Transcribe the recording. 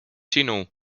sinu